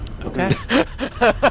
Okay